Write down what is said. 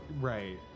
Right